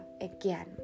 again